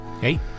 Hey